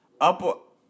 Up